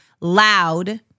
loud